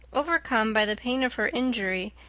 overcome by the pain of her injury,